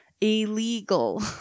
illegal